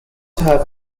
have